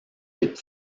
les